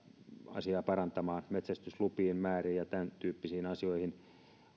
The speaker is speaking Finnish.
asiaa parantamaan metsästyslupien määriin ja tämäntyyppisiin asioihin